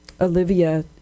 Olivia